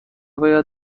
باید